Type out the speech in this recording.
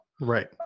Right